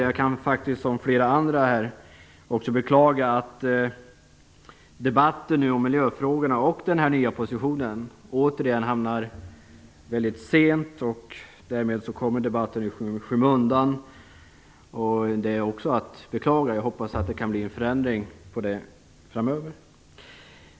Jag kan, som flera andra talare har gjort, beklaga att debatten om miljöfrågorna och den nya positionen återigen kommer väldigt sent och att debatten därmed kommer i skymundan. Jag hoppas att det kan bli en förändring i det fallet framöver.